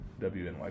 WNY